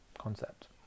concept